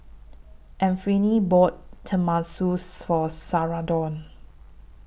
Anfernee bought Tenmusu For Sharonda